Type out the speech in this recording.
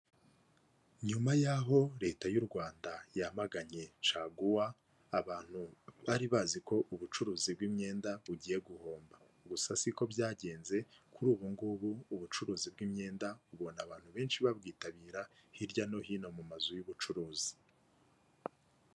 Nyuma y'aho leta y'u Rwanda yamaganye caguwa, abantu bari bazi ko ubucuruzi bw'imyenda, bugiye guhomba. Gusa siko byagenze, kuri ubu ngubu, ubucuruzi bw'imyenda, ubona abantu benshi babwitabira, hirya no hino mu mazu y'ubucuruzi.